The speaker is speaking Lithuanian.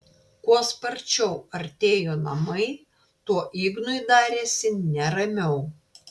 kuo sparčiau artėjo namai tuo ignui darėsi neramiau